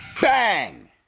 Bang